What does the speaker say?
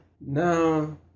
No